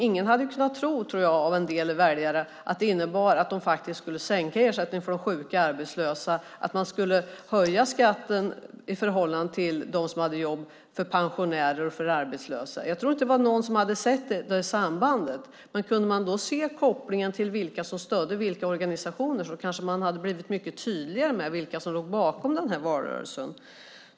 Jag tror inte att många väljare hade kunnat tro att ersättningarna för de sjuka och arbetslösa skulle sänkas och att man skulle höja skatten för pensionärer och arbetslösa i förhållande till dem som hade jobb. Jag tror inte att någon såg det sambandet. Hade man kunnat se kopplingen till vilka som stödde vilka organisationer kanske det hade blivit mycket tydligare vilka som låg bakom den här valrörelsen.